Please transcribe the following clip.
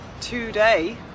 today